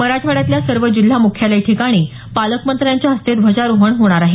मराठवाड्यातल्या सर्व जिल्हा मुख्यालय ठिकाणी पालकमंत्र्यांच्या हस्ते ध्वजारोहण करण्यात येणार आहे